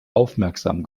aufmerksam